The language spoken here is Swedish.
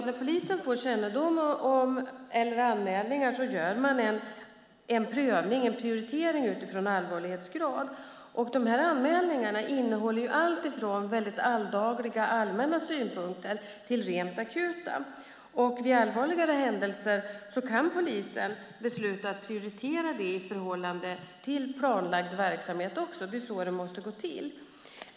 När polisen får anmälningar gör man en prioritering utifrån allvarlighetsgrad. Dessa anmälningar innehåller alltifrån väldigt alldagliga, allmänna synpunkter till rent akuta. Vid allvarligare händelser kan polisen besluta att prioritera dem i förhållande till planlagd verksamhet. Det är så det måste gå till.